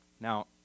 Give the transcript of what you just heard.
Now